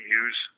use